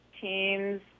teams